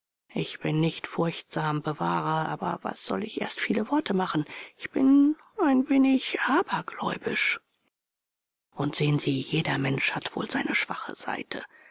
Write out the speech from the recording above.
ich bin nicht furchtsam bewahre aber was soll ich erst viel worte machen ich bin ein wenig abergläubisch und sehen sie jeder mensch hat wohl seine schwache seite